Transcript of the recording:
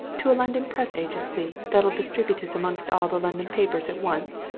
to a london press agency that'll distribute it amongst all the london papers at once?